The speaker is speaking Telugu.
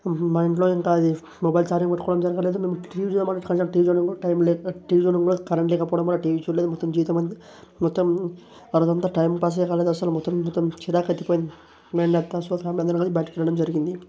మా ఇంట్లో ఇంకా అది మొబైల్ చార్జింగ్ పెట్టుకోవడం జరగలేదు మేము టీవీ చూడడం ఇంకా టీవీ చూడడం టైమ్ లేక టీవీ చూడడం కూడా కరెంట్ లేకపోవడం వల్ల టీవీ చూడలేదు మొత్తం జీవితమంతా మొత్తం ఆ రోజంతా టైమ్ పాసే కాలేదు అసలు మొత్తం మొత్తం చిరాకెత్తిపోయింది మేమట్టా స్వతహా మేమందరమనేది బయటకి వెళ్ళడం జరిగింది